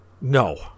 No